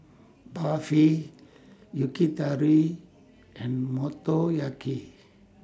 Barfi Yakitori and Motoyaki